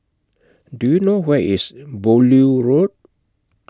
Do YOU know Where IS Beaulieu Road